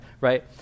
right